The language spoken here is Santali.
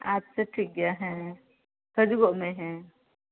ᱟᱪᱪᱷᱟ ᱴᱷᱤᱠ ᱜᱮᱭᱟ ᱦᱮᱸ ᱦᱤᱡᱩᱜᱚᱜ ᱢᱮ ᱦᱮᱸ